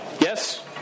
Yes